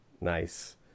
nice